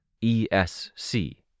E-S-C